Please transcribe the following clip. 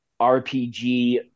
RPG